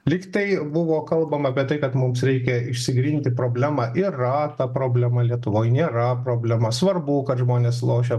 lyg tai buvo kalbama bet tai kad mums reikia išsigryninti problema yra ta problema lietuvoj nėra problema svarbu kad žmonės lošia